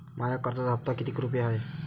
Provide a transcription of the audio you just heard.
माया कर्जाचा हप्ता कितीक रुपये हाय?